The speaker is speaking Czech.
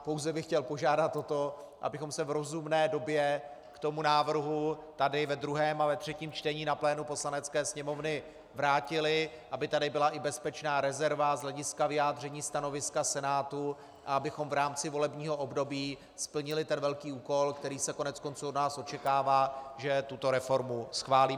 Pouze bych chtěl požádat o to, abychom se v rozumné době k tomu návrhu tady ve druhém a ve třetím čtení na plénu Poslanecké sněmovny vrátili, aby tady byla i bezpečná rezerva z hlediska vyjádření stanoviska Senátu a abychom v rámci volebního období splnili velký úkol, který se koneckonců od nás očekává, že tuto reformu schválíme.